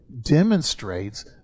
demonstrates